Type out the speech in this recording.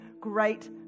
great